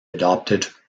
adopted